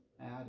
add